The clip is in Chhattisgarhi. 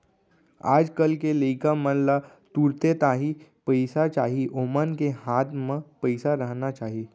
आज कल के लइका मन ला तुरते ताही पइसा चाही ओमन के हाथ म पइसा रहना चाही